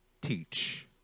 teach